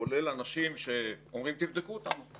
כולל אנשים שאומרים תבדקו אותנו,